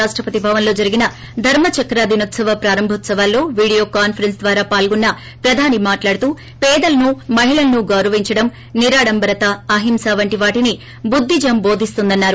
రాష్టపతి భవన్ లో జరిగిన ధర్మచక్ర దినోత్సవ ప్రారంభోత్సవాల్లో విడియో కాన్సరెన్స్ ద్వార్జ్ పాల్గొన్న ప్రధాని మాట్లాడుతూ పేదలను మహిళలను గౌరవించడం నిరాడంబరత అహింస వంటి వాటిని బుద్దిజం బోధిస్తుందని అన్నారు